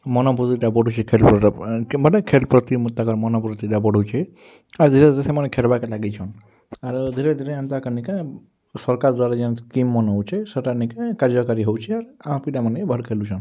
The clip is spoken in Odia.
ମନୋବଳଟା ବଢ଼ୁଛି ଖେଲଟା ପାଇଁ ମାନେ ଖେଲ୍ ପ୍ରତି ତାଙ୍କର ମନୋବୃତ୍ତିଟା ବଢ଼ୁଛି ଆଉ ଧିରେ ଧିରେ ସେମାନେ ଖେଲିବାକୁ ଲାଗିଛନ୍ ଆଉ ଧିରେ ଧିରେ ଏନ୍ତା କରି କା ସରକାର ଦ୍ୱାରା ଯେମ୍ତିକା ମନଉଛି ସେଇଟା ନିକେ କାର୍ଯ୍ୟକାରୀ ହଉଛି ଆଉ ପିଲାମାନେ ଭଲ ଖେଲୁଛନ୍